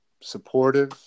Supportive